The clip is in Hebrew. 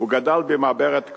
הוא גדל במעברת כפר-ענה,